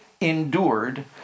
endured